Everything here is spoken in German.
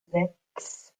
sechs